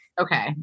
Okay